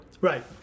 right